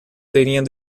tenían